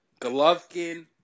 Golovkin